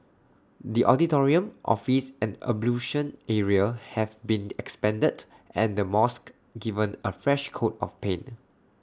the auditorium office and ablution area have been expanded and the mosque given A fresh coat of paint